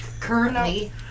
currently